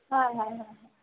हा हा हा हा